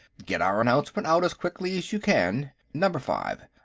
get our announcement out as quickly as you can. number five.